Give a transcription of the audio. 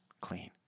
clean